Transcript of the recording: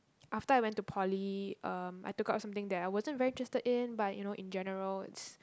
after I went to Poly um I took up something there I wasn't very interested in but you know in general it's